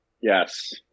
Yes